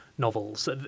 novels